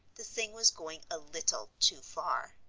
the thing was going a little too far.